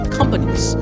companies